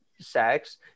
sex